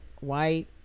white